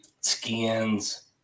skins